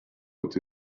could